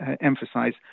emphasize